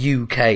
UK